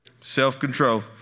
Self-control